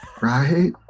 Right